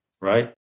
right